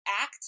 act